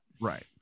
Right